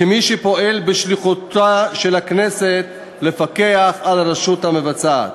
כמי שפועל בשליחותה לפקח על הרשות המבצעת.